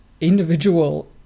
individual